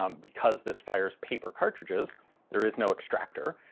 um because this fires paper cartridges there is no extractor,